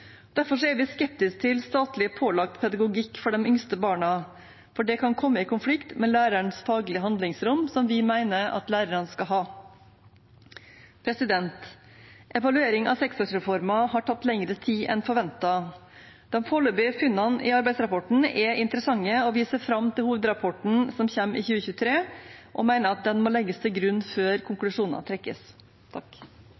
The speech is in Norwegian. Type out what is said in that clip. er vi skeptiske til statlig pålagt pedagogikk for de yngste barna, for det kan komme i konflikt med lærerens faglige handlingsrom, som vi mener at læreren skal ha. Evalueringen av seksårsreformen har tatt lengre tid enn forventet. De foreløpige funnene i arbeidsrapporten er interessante, og vi ser fram til hovedrapporten som kommer i 2023, og mener at den må legges til grunn før